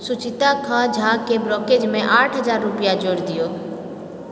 सुचिता खाँ झा केँ ब्रोक्रेजमे आठ हजार रूपैआ जोड़ि दियौ